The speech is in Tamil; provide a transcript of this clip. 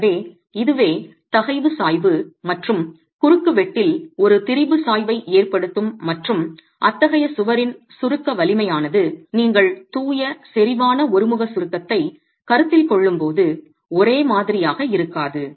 எனவே இதுவே தகைவு சாய்வு மற்றும் குறுக்குவெட்டில் ஒரு திரிபு சாய்வை ஏற்படுத்தும் மற்றும் அத்தகைய சுவரின் சுருக்க வலிமை ஆனது நீங்கள் தூய செறிவான ஒருமுக சுருக்கத்தை கருத்தில் கொள்ளும்போது ஒரே மாதிரியாக இருக்காது